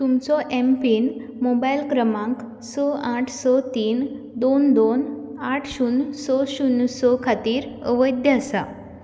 तुमचो M PIN mobile क्रमांक स आठ स तीन दोन दोन आठ शुन्य स शुन्य स खातीर अवैध आसा